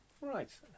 right